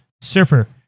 Surfer